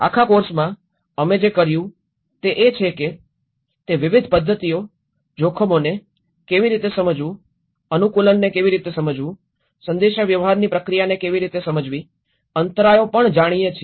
આખા કોર્સમાં અમે જે કર્યું તે એ છે કે તમે જાણો છો તે વિવિધ પદ્ધતિઓ જોખમોને કેવી રીતે સમજવું અનુકૂલનને કેવી રીતે સમજવું સંદેશાવ્યવહારની પ્રક્રિયાને કેવી રીતે સમજવું અંતરાયો પણ જાણીએ છીએ